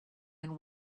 and